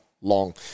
long